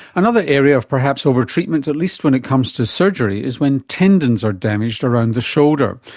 another area of perhaps over-treatment, at least when it comes to surgery is when tendons are damaged around the shoulder.